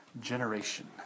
generation